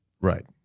right